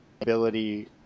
ability